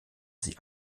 sie